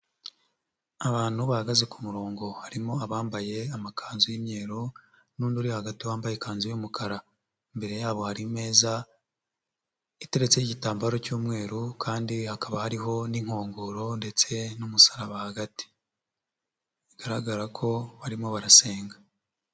Abantu bahagaze ku murongo harimo abambaye amakanzu y'imyeru n'undi uri hagati wambaye ikanzu y'umukara, imbere yabo hari imeza itetseho igitambaro cy'umweru kandi hakaba hariho n'inkongoro ndetse n'umusaraba hagati. Bigaragara ko barimo barasenga.